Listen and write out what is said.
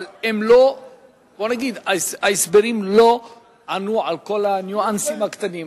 אבל ההסברים לא ענו על כל הניואנסים הקטנים.